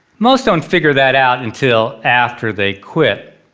most don't figure that out until after they quit.